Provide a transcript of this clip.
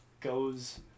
goes